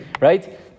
right